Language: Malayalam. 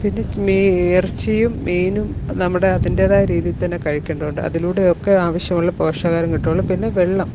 പിന്നെ മീ ഇറച്ചിയും മീനും നമ്മുടെ അതിൻറ്റേതായ രീതിയിൽ തന്നെ കഴിക്കേണ്ടതുണ്ട് അതിലൂടെ ഒക്കെ ആവശ്യമുള്ള പോഷാകാഹാരം കിട്ടുള്ളൂ പിന്നെ വെള്ളം